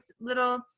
little